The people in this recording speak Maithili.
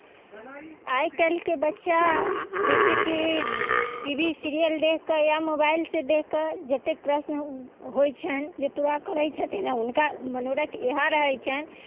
आइ काल्हिके बच्चा जैसेकि टी वी सीरियल देखिके या मोबाइलसँ देखिके जते प्रश्न होइत छनि जे पूरा करैत छथिन हुनका मनोरथ इहै रहैत छनि जे